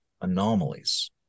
anomalies